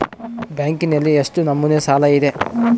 ಬ್ಯಾಂಕಿನಲ್ಲಿ ಎಷ್ಟು ನಮೂನೆ ಸಾಲ ಇದೆ?